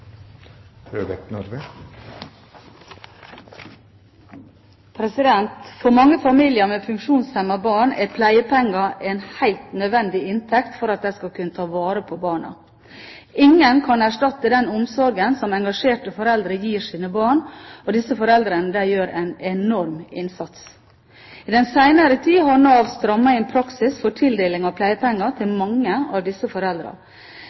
vedtatt. For mange familier med funksjonshemmede barn er pleiepenger en helt nødvendig inntekt for at de skal kunne ta vare på barna. Ingen kan erstatte den omsorgen som engasjerte foreldre gir sine barn, og disse foreldrene gjør en enorm innsats. I den senere tid har Nav strammet inn praksis for tildeling av pleiepenger til mange av disse